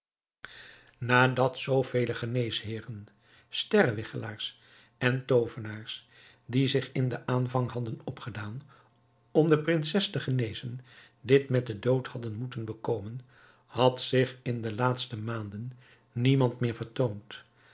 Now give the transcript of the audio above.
nadat zoo vele geneesheeren sterrewigchelaars en toovenaars die zich in den aanvang hadden opgedaan om de prinses te genezen dit met den dood hadden moeten bekoopen had zich in de laatste maanden niemand meer vertoond